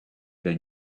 their